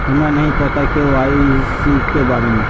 हमरा नहीं पता के.वाई.सी के बारे में?